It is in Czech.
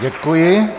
Děkuji.